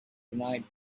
tonight